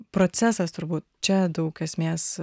procesas turbūt čia daug esmės